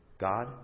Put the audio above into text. God